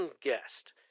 guest